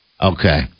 Okay